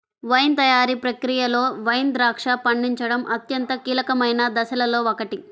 wine తయారీ ప్రక్రియలో wine ద్రాక్ష పండించడం అత్యంత కీలకమైన దశలలో ఒకటి